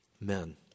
men